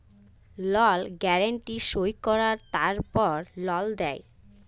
লল গ্যারান্টি সই কঁরায় তারপর লল দেই